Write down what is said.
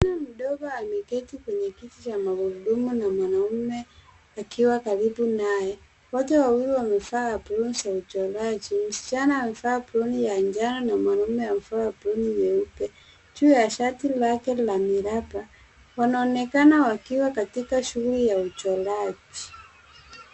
Mtoto mdogo ameketi kwenye kiti cha magurudumu na mwanaume akiwa karibu naye. Wote wawili wamevaa aproni za uchoraji. Msichana amevaa aproni ya jano na mwanaume amevaa aproni nyeupe juu ya shati yake ya miraba wanaonekana wakiwa katika shughuli ya uchoraji